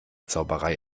zauberei